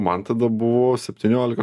man tada buvo septyniolika